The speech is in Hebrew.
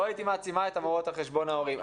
לא הייתי מעצימה את המורות על חשבון ההורים.